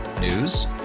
News